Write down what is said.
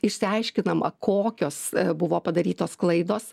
išsiaiškinama kokios buvo padarytos klaidos